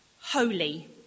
Holy